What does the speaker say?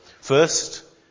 First